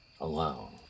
alone